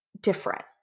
different